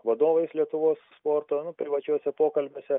vadovais lietuvos sporto nu privačiuose pokalbiuose